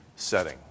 Setting